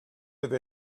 have